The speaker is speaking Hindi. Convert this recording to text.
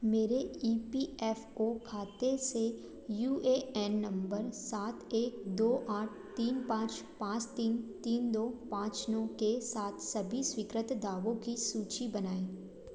मेरे ई पी एफ़ ओ खाते से यू ए एन नम्बर सात एक दो आठ तीन पाँच पाँच तीन तीन दो पाँच नौ के साथ सभी स्वीकृत दावों की सूचि बनाएँ